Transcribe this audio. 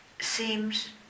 seems